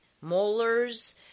molars